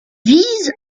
vise